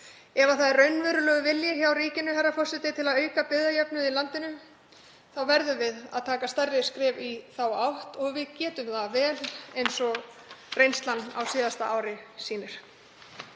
Ef það er raunverulegur vilji hjá ríkinu, herra forseti, til að auka byggðajöfnuð í landinu þá verðum við að stíga stærri skref í þá átt. Við getum það vel eins og reynslan á síðasta ári sýnir.